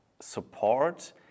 support